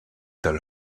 tell